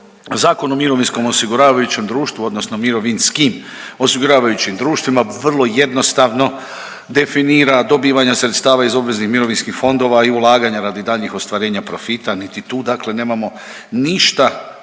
Zakon o mirovinskom osiguravajućem društvu, odnosno mirovinskim osiguravajućim društvima vrlo jednostavno definira dobivanja sredstava iz obveznih mirovinskih fondova i ulaganja radi daljnjih ostvarenja profita. Niti tu, dakle nemamo ništa